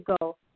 go